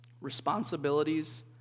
responsibilities